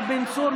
יואב בן צור,